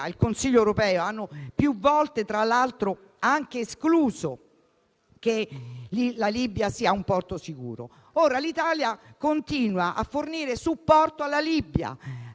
il Consiglio europeo hanno più volte escluso che la Libia sia un porto sicuro. Ora, l'Italia continua a fornire supporto alla Libia,